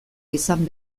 izan